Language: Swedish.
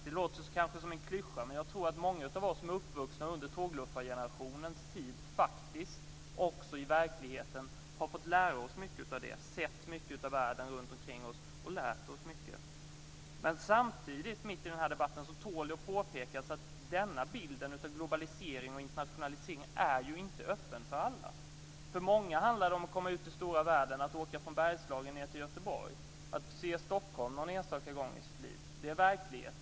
Det låter kanske som en klyscha, men jag tror att många av oss som är uppvuxna under tågluffargenerationens tid faktiskt också i verkligheten har fått lära oss mycket. Vi har sett mycket av världen runtomkring oss. Samtidigt tål det att påpekas att denna bild av globalisering och internationalisering inte är öppen för alla. Att komma ut i stora världen handlar för många om att åka från Bergslagen till Göteborg, att få se Stockholm någon enstaka gång i sitt liv. Det är verkligheten.